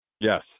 Yes